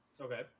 okay